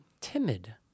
timid